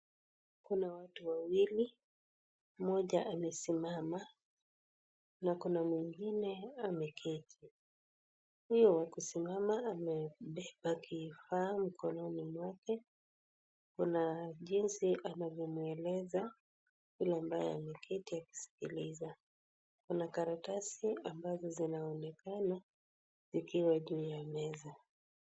Kuna watu wawili, mmoja amesimama na kuna mwigine ameketi .Huyo wa kusimama amebeba kifaa mkononi mwake kuna jinsi anavyomueleza yule ambaye ameketi akisikiliza kuna karatasi ambazo zinaonekana zikiwa juu ya meza.